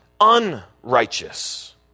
unrighteous